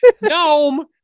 Gnome